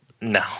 No